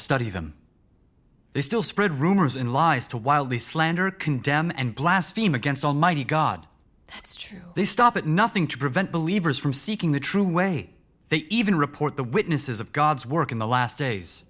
study them they still spread rumors and lies to while they slander condemn and blast beam against almighty god they stop at nothing to prevent believers from seeking the true way they even report the witnesses of god's work in the last days